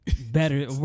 better